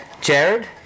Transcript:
Jared